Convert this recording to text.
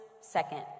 second